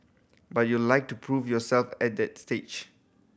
but you like to prove yourself at that stage